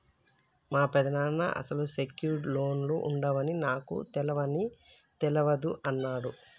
మా పెదనాన్న అసలు సెక్యూర్డ్ లోన్లు ఉండవని నాకు తెలవని తెలవదు అన్నడు